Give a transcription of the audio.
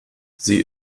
sie